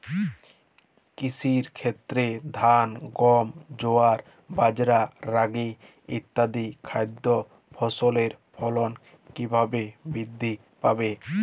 কৃষির ক্ষেত্রে ধান গম জোয়ার বাজরা রাগি ইত্যাদি খাদ্য ফসলের ফলন কীভাবে বৃদ্ধি পাবে?